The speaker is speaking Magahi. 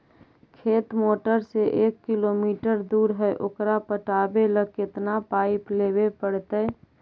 खेत मोटर से एक किलोमीटर दूर है ओकर पटाबे ल केतना पाइप लेबे पड़तै?